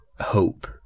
hope